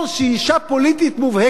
שהיא אשה פוליטית מובהקת,